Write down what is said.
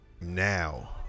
now